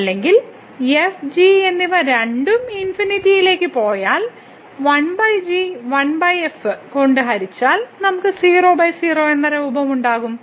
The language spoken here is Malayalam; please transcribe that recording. അല്ലെങ്കിൽ f g എന്നിവ രണ്ടും ∞ ലേക്ക് പോയാൽ 1 g 1 f കൊണ്ട് ഹരിച്ചാൽ നമുക്ക് 00 എന്ന രൂപം ഉണ്ടാകും